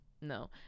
No